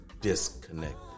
disconnected